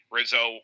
Rizzo